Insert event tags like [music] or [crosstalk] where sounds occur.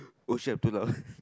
oh shit I am too loud [laughs]